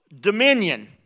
dominion